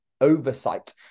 oversight